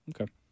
Okay